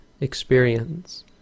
experience